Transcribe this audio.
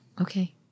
Okay